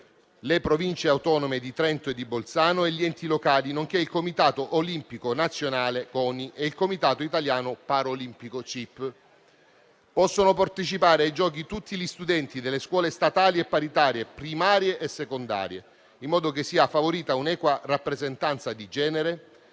le Province autonome di Trento e di Bolzano e gli enti locali, nonché il Comitato olimpico nazionale (CONI) e il Comitato italiano paralimpico (CIP). Possono partecipare ai giochi tutti gli studenti delle scuole statali e paritarie, primarie e secondarie, in modo che sia favorita un'equa rappresentanza di genere;